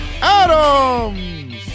Adams